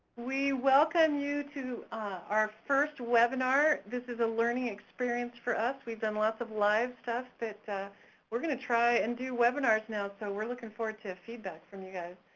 we welcome you to our first webinar, this is a learning experience for us, we've done lots of live stuff, ah we're gonna try and do webinars now so we're looking forward to feedback from you guys.